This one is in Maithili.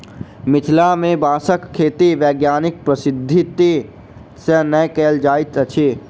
मिथिला मे बाँसक खेती वैज्ञानिक पद्धति सॅ नै कयल जाइत अछि